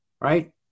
right